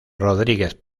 rodríguez